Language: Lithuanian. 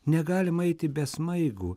negalima eiti be smaigų